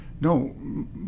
no